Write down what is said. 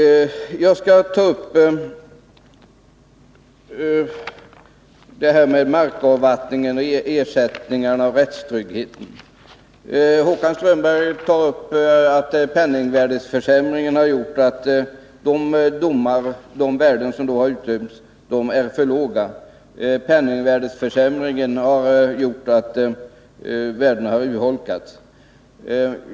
Jag skall ta upp frågorna om markavvattning, ersättningar och rättstrygghet. Håkan Strömberg säger att penningvärdeförsämringen har gjort att de ersättningar som har utdömts är för låga, att värdet av dem har urholkats.